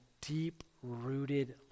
deep-rooted